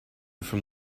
from